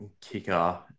kicker